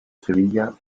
sevilla